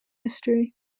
history